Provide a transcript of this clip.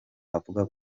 avuga